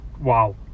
wow